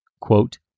quote